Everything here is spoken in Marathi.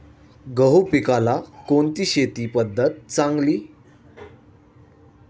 गहू पिकाला कोणती शेती पद्धत चांगली?